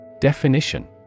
Definition